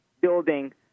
building